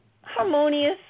harmonious